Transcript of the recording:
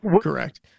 correct